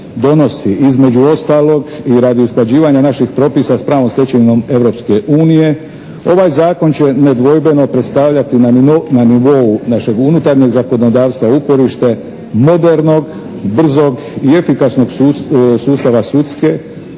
donosi između ostalog i radi usklađivanja naših propisa s pravnom stečevinom Europske unije ovaj zakon će nedvojbeno predstavljati na nivou našeg unutarnjeg zakonodavstva uporište modernog, brzog i efikasnog sustava sudske,